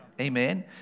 amen